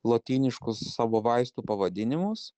lotyniškus savo vaistų pavadinimus